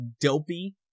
dopey